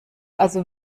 also